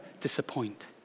disappoint